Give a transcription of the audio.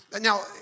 Now